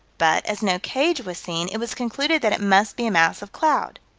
but, as no cage was seen, it was concluded that it must be a mass of cloud.